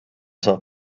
saab